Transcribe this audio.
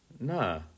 No